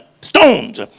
stones